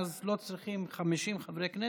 אנחנו לא צריכים 50 חברי כנסת.